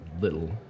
little